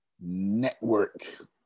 network